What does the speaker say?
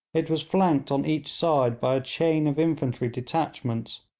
it was flanked on each side by a chain of infantry detachments,